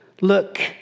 look